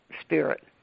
spirit